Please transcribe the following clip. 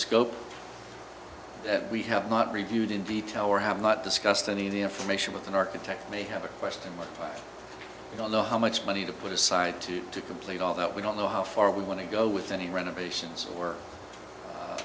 scope that we have not reviewed in detail or have not discussed any of the information with an architect may have a question we don't know how much money to put aside to to complete all that we don't know how far we want to go with any renovations or